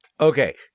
Okay